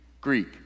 Greek